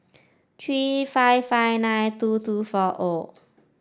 three five five nine two two four O